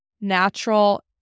natural